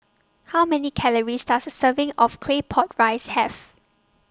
How Many Calories Does A Serving of Claypot Rice Have